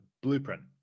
blueprint